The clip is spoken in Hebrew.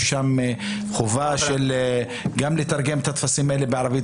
יש שם חובה גם לתרגם את הטפסים האלה בערבית,